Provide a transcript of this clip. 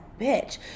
bitch